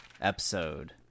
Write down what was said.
episode